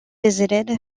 visited